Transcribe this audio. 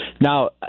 now